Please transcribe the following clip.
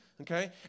okay